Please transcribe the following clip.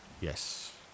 Yes